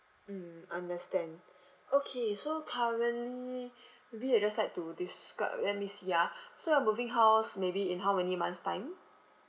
mm understand okay so currently maybe you just like to describe let me see ah so you're moving house maybe in how many months' time